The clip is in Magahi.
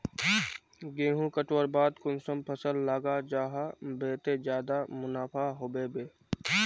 गेंहू कटवार बाद कुंसम फसल लगा जाहा बे ते ज्यादा मुनाफा होबे बे?